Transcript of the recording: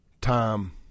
time